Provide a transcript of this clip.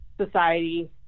society